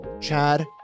Chad